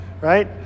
right